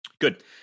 Good